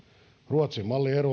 ruotsin